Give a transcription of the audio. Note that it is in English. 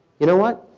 you know what?